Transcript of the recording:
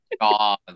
God